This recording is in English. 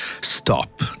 stop